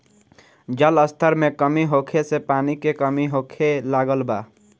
जल स्तर में कमी होखे से पानी के कमी होखे लागल बा